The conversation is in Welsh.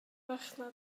farchnad